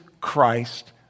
Christ